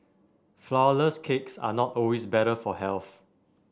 flourless cakes are not always better for health